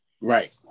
Right